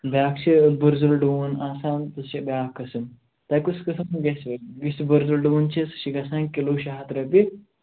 بیٛاکھ چھِ بُرزُل ڈوٗن آسان سُہ چھِ بیٛاکھ قٕسٕم تۄہہِ کُس قٕسٕم گژھٮ۪و یُس یہِ بُرزُل ڈوٗن چھِ سُہ چھُ گژھان کِلوٗ شیےٚ ہَتھ رۄپیہِ